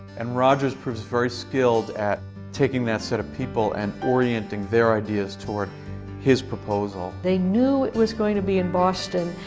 and rogers proves very skilled at taking that set of people and orienting their ideas toward his proposal. they knew it was going to be in boston,